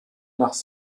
nach